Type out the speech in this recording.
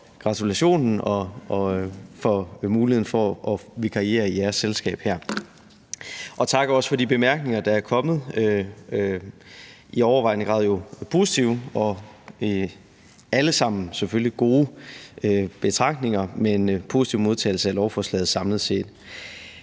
gratulationen og for muligheden for at vikariere i jeres selskab her. Og også tak for de bemærkninger, der er kommet – jo i overvejende grad positive og alle sammen selvfølgelig gode betragtninger, men en positiv modtagelse af lovforslaget samlet set.